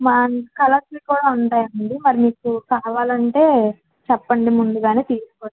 మా కలర్స్ కూడా ఉంటాయండీ మరి మీకు కావాలంటే చెప్పండి ముందుగానే తీసుకొస్తాము